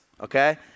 Okay